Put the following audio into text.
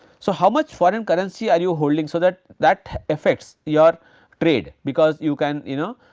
so how much foreign currency are you holding so that that affects your trade because you can you know,